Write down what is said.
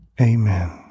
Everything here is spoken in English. Amen